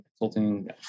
consulting